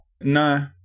No